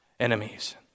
enemies